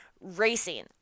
racing